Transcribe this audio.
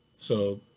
so,